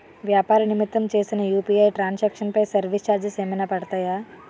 వ్యాపార నిమిత్తం చేసిన యు.పి.ఐ ట్రాన్ సాంక్షన్ పై సర్వీస్ చార్జెస్ ఏమైనా పడతాయా?